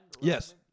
Yes